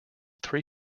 three